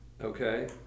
okay